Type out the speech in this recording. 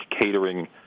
catering